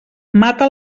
mata